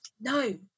No